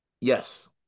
Yes